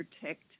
protect